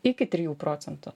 iki trijų procentų